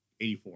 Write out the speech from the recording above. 84